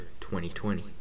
2020